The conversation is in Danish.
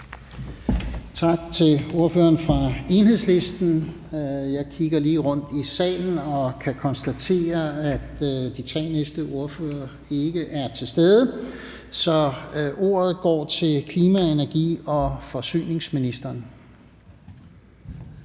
Tak til ordføreren fra Enhedslisten. Jeg kigger lige rundt i salen og kan konstatere, at de tre næste ordførere ikke er til stede, så ordet går til klima-, og energi- og forsynings ministeren.